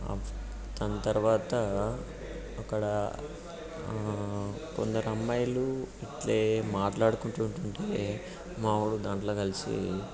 తను తరువాత అక్కడ కొందరు అమ్మాయిలు ఇట్లే మాట్లాడుకుంటుంటే మావాడు దాంట్లో కలిసి